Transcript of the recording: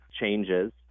changes